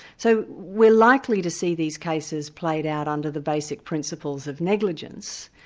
so we're likely to see these cases played out under the basic principles of negligence,